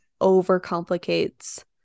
overcomplicates